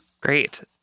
Great